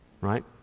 Right